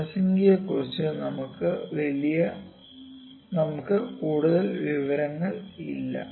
ജനസംഖ്യയെക്കുറിച്ച് നമുക്ക് കൂടുതൽ വിവരങ്ങൾ ഇല്ല